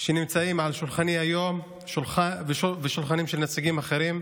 שנמצאות על שולחני ועל שולחנם של נציגים אחרים,